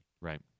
Right